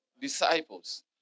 disciples